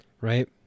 Right